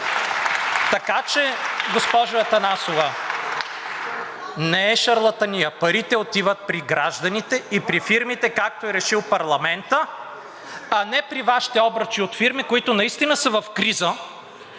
Така че, госпожо Атанасова, не е шарлатания. Парите отиват при гражданите и при фирмите, както е решил парламентът, а не при Вашите обръчи от фирми, които наистина са в криза,